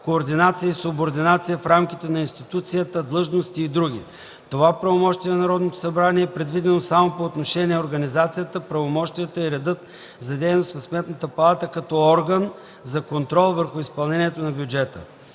координация и субординация в рамките на институцията, длъжности и други. Това правомощие на Народното събрание е предвидено само по отношение организацията, правомощията и редът за дейност на Сметната палата като орган за контрол върху изпълнението на бюджета.